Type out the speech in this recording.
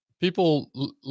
people